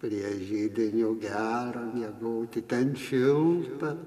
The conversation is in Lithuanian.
prie židinio gera miegoti ten šilta